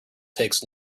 takes